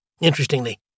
Interestingly